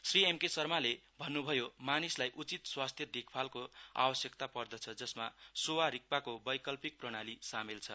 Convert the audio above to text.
Shri M K शर्माले भन्नुभयो मानिसलाई उचित स्वास्थ्य देखभालको आवश्यकता पर्दछ जसमा सोवा रिकपाको वैकाल्पिक प्रणाली सामेल छ